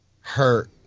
hurt